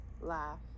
laugh